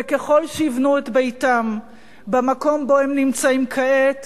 וככל שיבנו את ביתם במקום שבו הם נמצאים כעת,